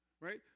right